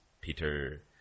Peter